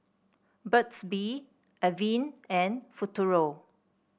Burt's Bee Avene and Futuro